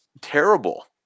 terrible